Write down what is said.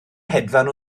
hedfan